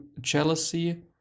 jealousy